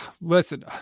Listen